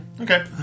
Okay